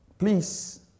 Please